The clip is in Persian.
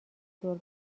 دور